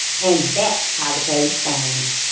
and that's how the page turns!